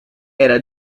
era